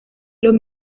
los